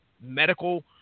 medical